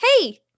Hey